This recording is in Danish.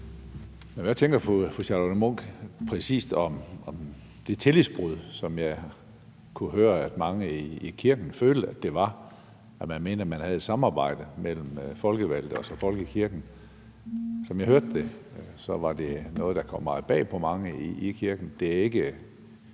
Hvad tænker fru Charlotte Munch præcis om det tillidsbrud, som jeg kan høre at mange i kirken følte at det var, i forhold til at man mente, at man havde et samarbejde mellem de folkevalgte og folkekirken. Som jeg hørte det, var det noget, der kom meget bag på mange i kirken.